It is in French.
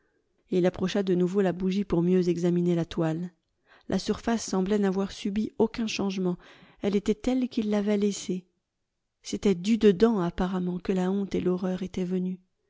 il approcha de nouveau la bougie pour mieux examiner la toile la surface semblait n'avoir subi aucun changement elle était telle qu'il l'avait laissée c'était du dedans apparemment que la honte et l'horreur étaient venues